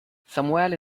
samuele